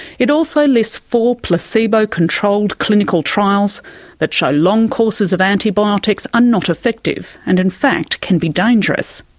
it also lists four placebo controlled clinical trials that show long courses of antibiotics are not effective and in fact can be dangerous.